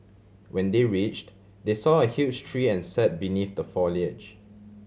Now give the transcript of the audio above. when they reached they saw a huge tree and sat beneath the foliage